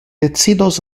decidos